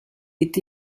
est